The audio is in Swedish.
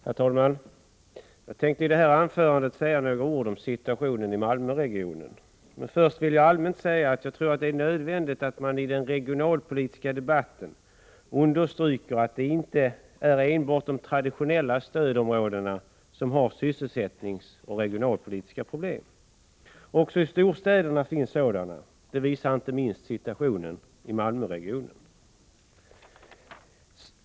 Herr talman! Jag tänkte i det här anförandet säga några ord om situationen i Malmöregionen. Men först vill jag allmänt säga att jag tror att det är nödvändigt att man i den regionalpolitiska debatten understryker att det inte är enbart de traditionella stödområdena som har sysselsättningsoch regionalpolitiska problem. Också i storstäderna finns sådana. Det visar inte minst situationen i Malmöregionen.